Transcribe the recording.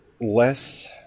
less